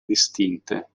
distinte